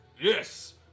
Yes